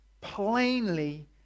plainly